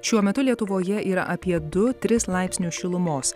šiuo metu lietuvoje yra apie du tris laipsnių šilumos